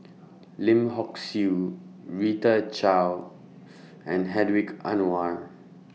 Lim Hock Siew Rita Chao and Hedwig Anuar